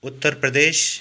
Uttar Pradesh